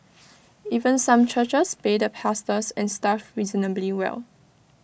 even some churches pay the pastors and staff reasonably well